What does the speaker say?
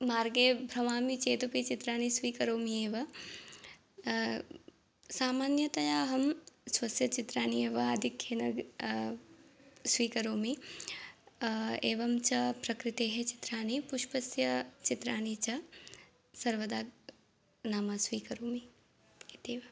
मार्गे भ्रमामि चेत् अपि चित्राणि स्वीकरोमि एव सामान्यतया अहं स्वस्य चित्राणि एव आधिक्येन स्वीकरोमि एवं च प्रकृतेः चित्राणि पुष्पस्य चित्राणि च सर्वदा नाम स्वीकरोमि इत्येव